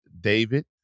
David